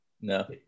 No